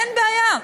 אין בעיה.